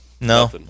No